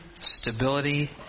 stability